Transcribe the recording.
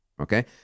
Okay